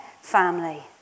family